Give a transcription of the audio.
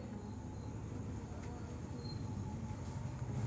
নতুন প্রযুক্তি কৌশলী দিয়ে এখন চাষ করা হয় যেমন হাইড্রোপনিক, পলি কালচার ইত্যাদি